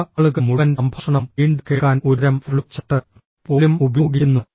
ചില ആളുകൾ മുഴുവൻ സംഭാഷണവും വീണ്ടും കേൾക്കാൻ ഒരുതരം ഫ്ലോ ചാർട്ട് പോലും ഉപയോഗിക്കുന്നു